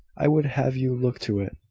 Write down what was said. i would have you look to it.